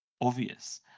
obvious